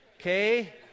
okay